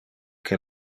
que